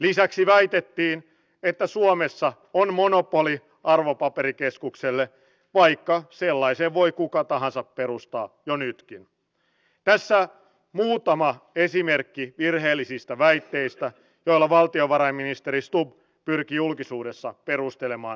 ja pääpointtihan tässä ohjelmassa on nimenomaan se että laittomia turvapaikanhakijoita ei maapallolla ole edes olemassa kaikilla on oikeus hakea sitä turvapaikkaa